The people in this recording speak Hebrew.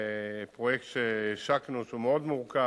פרויקט שהשקנו, שהוא מאוד מורכב.